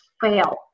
fail